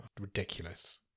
Ridiculous